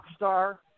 Rockstar